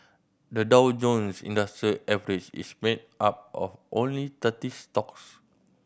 the Dow Jones Industrial Average is made up of only thirty stocks